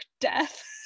death